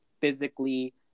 physically